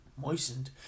moistened